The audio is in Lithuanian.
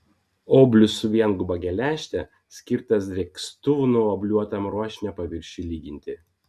oblius su vienguba geležte skirtas drėkstuvu nuobliuotam ruošinio paviršiui lyginti